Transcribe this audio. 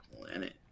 Planet